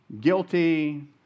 guilty